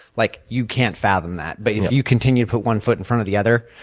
like you can't fathom that. but yeah you continue to put one foot in front of the other,